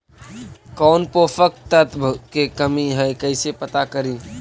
कौन पोषक तत्ब के कमी है कैसे पता करि?